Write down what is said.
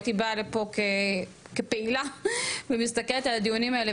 הייתי באה לפה כפעילה ומסתכלת על הדיונים האלה,